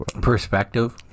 Perspective